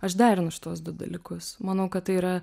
aš derinu šituos du dalykus manau kad tai yra